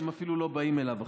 שהם אפילו לא באים אליו עכשיו.